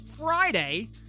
Friday